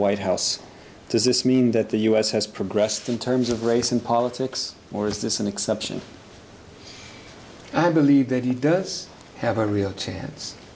white house does this mean that the u s has progressed in terms of race and politics or is this an exception i believe that he does have a real chance